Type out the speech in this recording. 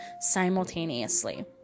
simultaneously